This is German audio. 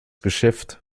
geschäft